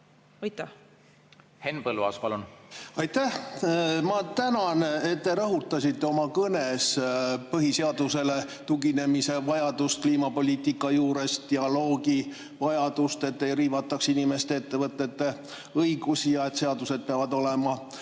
Aitäh! Ma tänan, et te rõhutasite oma kõnes põhiseadusele tuginemise vajadust, kliimapoliitika juures dialoogi vajadust, et ei riivataks inimeste ja ettevõtete õigusi, samuti seda, et seadused peavad olema